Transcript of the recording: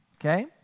okay